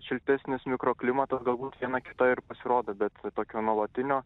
šiltesnis mikroklimatas galbūt viena kita ir pasirodo bet tokio nuolatinio